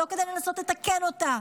לא כדי לנסות לתקן אותה,